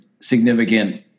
significant